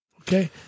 Okay